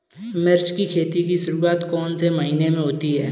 मिर्च की खेती की शुरूआत कौन से महीने में होती है?